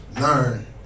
learn